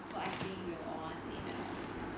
so I think we'll all want to stay in the north